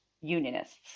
unionists